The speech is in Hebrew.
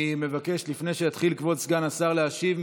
לפני שיתחיל כבוד סגן השר להשיב,